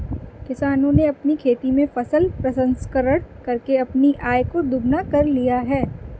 किसानों ने अपनी खेती में फसल प्रसंस्करण करके अपनी आय को दुगना कर लिया है